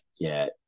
get